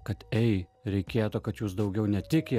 kad ei reikėtų kad jūs daugiau ne tik į